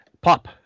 Pop